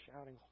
shouting